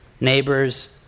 neighbors